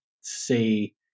see